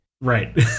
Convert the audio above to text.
Right